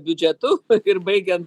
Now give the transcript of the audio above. biudžetu ir baigiant